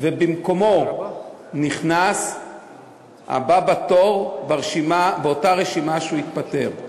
במקומו נכנס הבא בתור באותה רשימה שהוא התפטר,